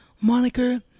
moniker